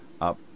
up